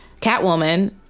Catwoman